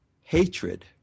hatred